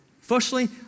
Firstly